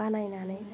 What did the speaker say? बानायनानै